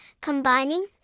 combining